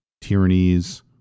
Tyrannies